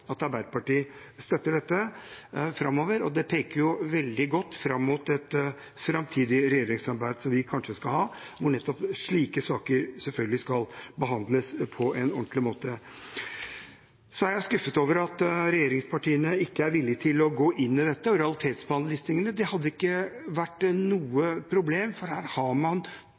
at Arbeiderpartiet støtter dette framover, og det peker veldig godt fram mot et framtidig regjeringssamarbeid som vi kanskje skal ha, hvor nettopp slike saker selvfølgelig skal behandles på en ordentlig måte. Så er jeg skuffet over at regjeringspartiene ikke er villig til å gå inn i dette og realitetsbehandle disse tingene, det hadde ikke vært noe problem, for her har man